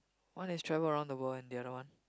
one is travel around the world and the other one